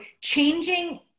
changing